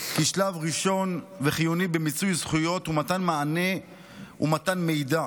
שלב ראשון וחיוני במיצוי זכויות הוא מתן מענה ומתן מידע.